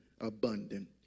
abundant